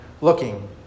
looking